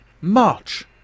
March